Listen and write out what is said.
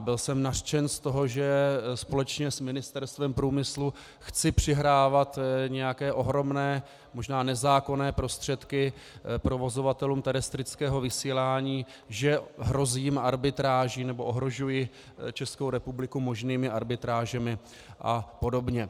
Byl jsem nařčen z toho, že společně s Ministerstvem průmyslu chci přihrávat nějaké ohromné, možná nezákonné prostředky provozovatelům terestrického vysílání, že hrozím arbitráží, nebo ohrožuji Českou republiku možnými arbitrážemi a podobně.